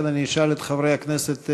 לכן אני אשאל את חברי הכנסת,